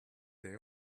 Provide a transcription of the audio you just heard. they